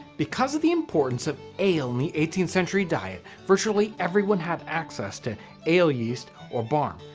because of the importance of ale in the eighteenth century diet, virtually everyone had access to ale yeast or barm,